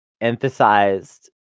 Emphasized